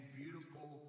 beautiful